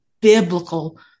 biblical